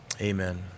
Amen